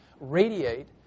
radiate